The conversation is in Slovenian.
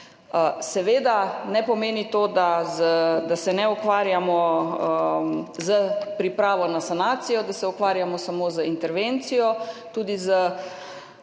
Seveda ne pomeni to, da se ne ukvarjamo s pripravo na sanacijo, da se ukvarjamo samo z intervencijo, tudi s